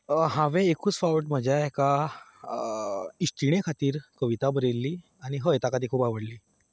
हांवें एकूच फावट म्हज्या एका इश्टिणे खातीर कविता बरयिल्ली आनी हय ताका ती खूब आवडली